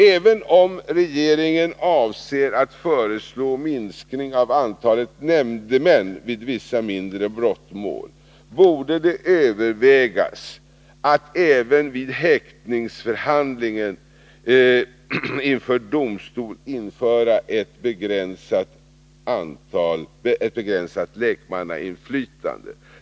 Även om regeringen avser att föreslå minskning av antalet nämndemän vid vissa mindre brottmål, borde det övervägas om man även vid häktningsförhandlingen inför domstol bör införa ett begränsat lekmannainflytande.